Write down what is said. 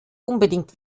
unbedingt